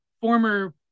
former